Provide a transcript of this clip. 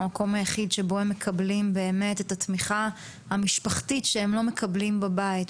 זה המקום היחיד שהם מקבלים את התמיכה המשפחתית שהם לא מקבלים בבית,